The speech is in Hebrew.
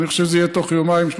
אני חושב שזה יהיה בתוך יומיים-שלושה.